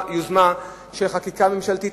אלא חקיקה ממשלתית,